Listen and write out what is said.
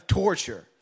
torture. (